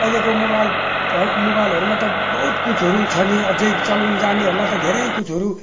अहिलेको मोबाइल हर मोबाइलहरूमा त बहुत कुछहरू छ नि अझै चलाउनु जान्नेहरूलाई त धेरै कुछहरू